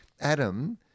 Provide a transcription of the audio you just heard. Adam